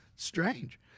strange